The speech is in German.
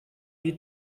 wie